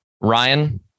Ryan